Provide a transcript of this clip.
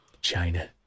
China